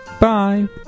Bye